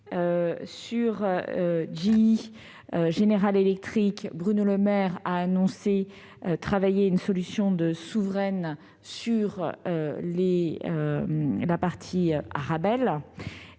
de General Electric, Bruno Le Maire a annoncé travailler à une solution souveraine sur la partie Arabelle